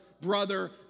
brother